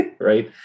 Right